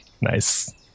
Nice